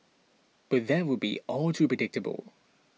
but that would be all too predictable